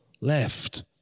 left